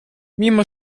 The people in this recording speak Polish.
mimo